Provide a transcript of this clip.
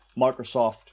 Microsoft